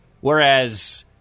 Whereas